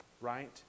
right